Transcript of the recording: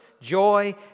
joy